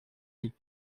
lhe